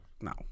no